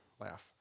laugh